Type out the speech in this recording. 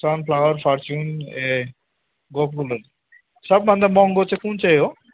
sunflower Fortune ए गोकुलहरू सबभन्दा महँगो चाहिँ कुन चाहिँ हो